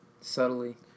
Subtly